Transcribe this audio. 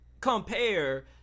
compare